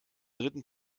dritten